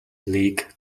league